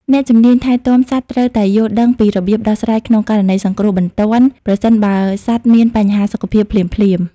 អ្នកជំនាញថែទាំសត្វត្រូវតែយល់ដឹងពីរបៀបដោះស្រាយក្នុងករណីសង្គ្រោះបន្ទាន់ ប្រសិនបើសត្វមានបញ្ហាសុខភាពភ្លាមៗ។